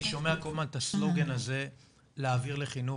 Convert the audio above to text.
אני שומע כל הזמן את הסלוגן הזה 'להעביר לחינוך'.